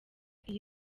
iyi